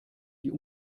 die